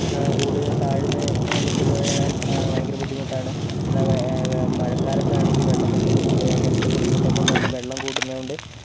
കൂടുതലും താഴ്ന്ന് നിൽക്കുന്നതിനാൽ ഭയങ്കര ബുദ്ധിമുട്ടാണ് എന്നാൽ മഴക്കാലത്താണെങ്കിൽ വെള്ളപ്പൊക്കം കൂടുക അങ്ങനത്ത ബുദ്ധിമുട്ടൊക്കെ ഉള്ളതുകൊണ്ട് വെള്ളം കൂടുന്നതുകൊണ്ട്